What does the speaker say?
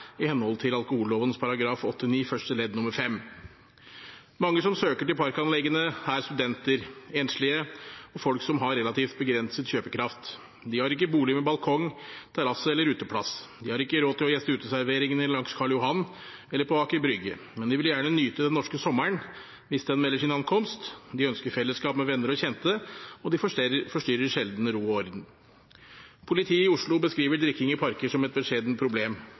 i henhold til alkoholloven § 8-9 første ledd nr. 5. Mange som søker til parkanleggene, er studenter, enslige og folk som har relativt begrenset kjøpekraft. De har ikke bolig med balkong, terrasse eller uteplass. De har ikke råd til å gjeste uteserveringene langs Karl Johan eller på Aker brygge, men de vil gjerne nyte den norske sommeren – hvis den melder sin ankomst. De ønsker fellesskap med venner og kjente, og de forstyrrer sjelden ro og orden. Politiet i Oslo beskriver drikking i parker som et beskjedent problem,